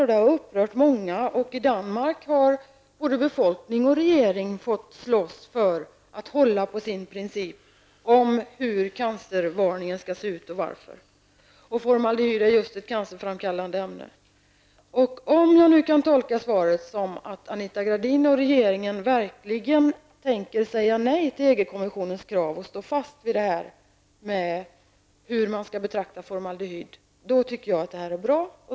Detta har upprört många. I Danmark har både befolkning och regering fått slåss för att hålla på sin princip om hur cancervarningen skall se ut och varför. Formaldehyd är just ett cancerframkallande ämne. Om jag kan tolka svaret som att Anita Gradin och regeringen verkligen tänker säga nej till EG kommissionens krav och stå fast vid sin syn på hur man skall betrakta formaldehyd, då är detta bra.